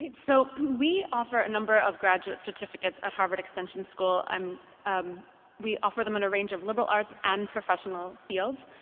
so we offer a number of graduate certificates at harvard extension school. um um we offer them in a range of liberal arts and professional fields.